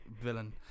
villain